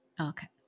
Okay